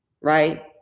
right